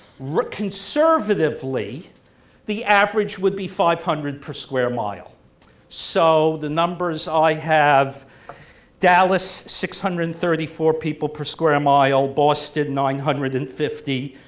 but conservatively the average would be five hundred per square mile so the numbers i have dallas six hundred and thirty four people per square mile, boston nine hundred and fifty,